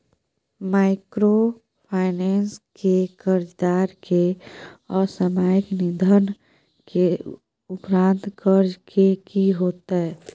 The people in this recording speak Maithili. माइक्रोफाइनेंस के कर्जदार के असामयिक निधन के उपरांत कर्ज के की होतै?